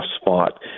spot